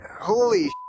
holy